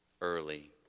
early